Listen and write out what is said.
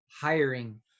Hiring